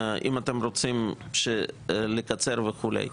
אם אתם רוצים לקצר וכולי.